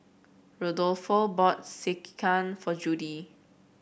Rodolfo bought Sekihan for Judi